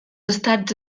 estats